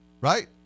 right